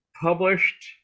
published